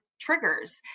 triggers